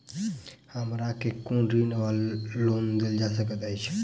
हमरा केँ कुन ऋण वा लोन देल जा सकैत अछि?